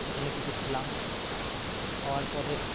সেখানে কিছু খেলাম খাওয়ার পরে